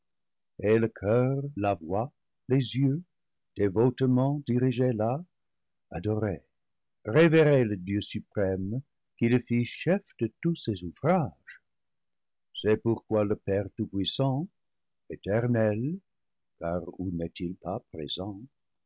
et le coeur la voix les yeux dévotement dirigés là adorer révérer le dieu suprême qui le fit chef de tous ses ouvrages c'est pourquoi le père tout-puis sant éternel